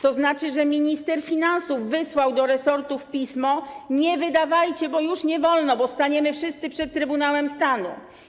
To znaczy, że minister finansów wysłał do resortów pismo: Nie wydawajcie, bo już nie wolno, bo staniemy wszyscy przed Trybunałem Stanu.